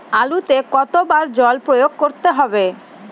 আলুতে কতো বার জল প্রয়োগ করতে হবে?